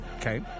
Okay